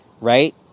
right